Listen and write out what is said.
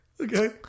Okay